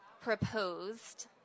proposed